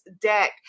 deck